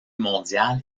mondial